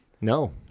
No